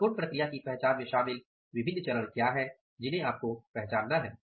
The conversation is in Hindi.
महत्वपूर्ण प्रक्रिया की पहचान में शामिल विभिन्न चरण क्या हैं जिन्हें आपको पहचानना है